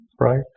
right